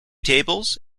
tables